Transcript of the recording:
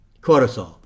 cortisol